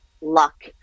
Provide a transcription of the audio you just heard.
luck